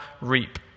reap